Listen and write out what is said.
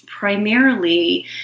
Primarily